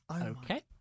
Okay